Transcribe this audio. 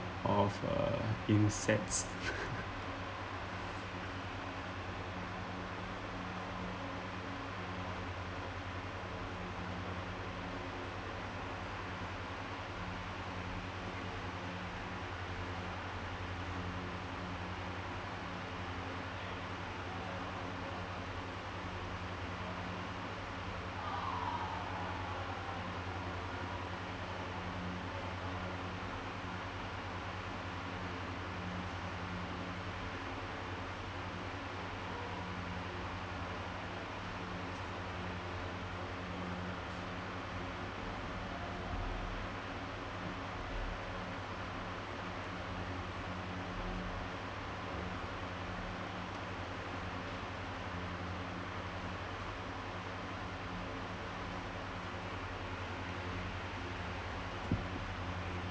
of uh insects